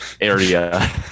area